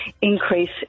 increase